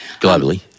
Globally